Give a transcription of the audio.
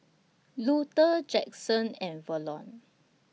Luther Jaxson and Verlon